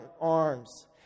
arms